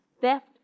theft